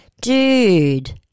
Dude